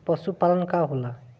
पशुपलन का होला?